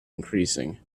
increasing